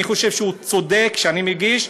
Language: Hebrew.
שאני מגיש,